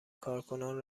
کارکنان